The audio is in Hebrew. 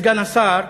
סגן השר,